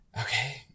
Okay